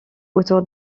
autour